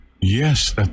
Yes